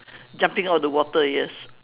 jumping out of the water yes